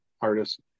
artist